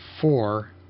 four